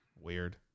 Weird